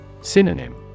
Synonym